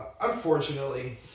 Unfortunately